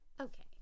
Okay